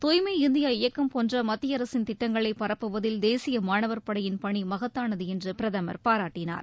தூய்மை இந்தியா இயக்கம் போன்ற மத்திய அரசின் திட்டங்களை பரப்புவதில் தேசிய மாணவர் படையின் பணி மகத்தானது என்று பிரதமர் பாராட்டினார்